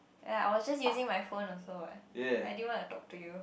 ya I was just using my phone also what I didn't want to talk to you